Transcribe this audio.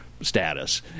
status